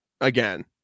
again